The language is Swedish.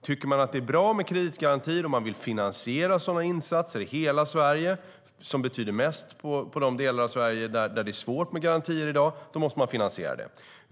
Tycker man att det är bra med kreditgarantier och vill finansiera sådana insatser i hela Sverige, som betyder mest i de delar där det är svårt att få garantier i dag, då måste man finansiera detta.